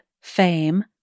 fame